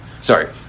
Sorry